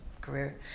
career